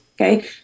Okay